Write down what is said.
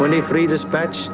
twenty three dispatch